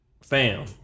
fam